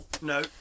No